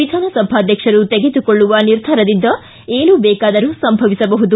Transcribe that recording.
ವಿಧಾನಸಭಾಧ್ಯಕ್ಷರು ತೆಗೆದುಕೊಳ್ಳುವ ನಿರ್ಧಾರದಿಂದ ಏನು ಬೇಕಾದರೂ ಸಂಭವಿಸಬಹುದು